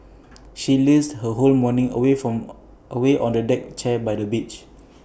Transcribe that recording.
she lazed her whole morning away on A deck chair by the beach